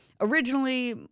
Originally